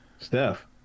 Steph